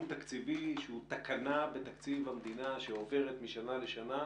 תקציבי שהוא תקנה תקציב המדינה שעוברת משנה לשנה,